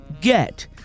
get